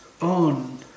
on